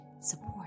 support